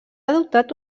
adoptat